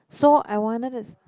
so I wanna to